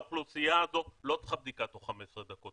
האוכלוסייה הזאת לא צריכה בדיקה תוך 15 דקות,